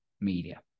media